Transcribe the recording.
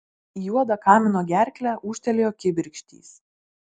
į juodą kamino gerklę ūžtelėjo kibirkštys